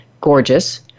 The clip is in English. gorgeous